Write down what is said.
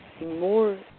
more